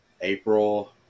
April